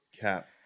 Cap